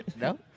No